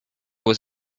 was